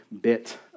bit